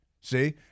see